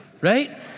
right